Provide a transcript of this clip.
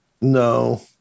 no